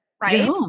right